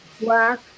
Black